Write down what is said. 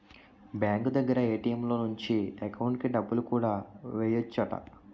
bank దగ్గర ATM లో నుంచి ఎకౌంటుకి డబ్బులు కూడా ఎయ్యెచ్చట